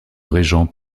régent